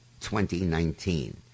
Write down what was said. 2019